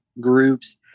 groups